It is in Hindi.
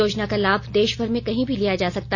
योजना का लाभ देशभर में कहीं भी लिया जा सकेगा